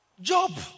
Job